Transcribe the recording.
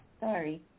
Sorry